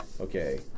okay